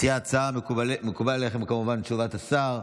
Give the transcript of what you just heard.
מציעי ההצעה, מקובלת עליכם, כמובן, תשובת השר.